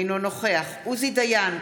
אינו נוכח עוזי דיין,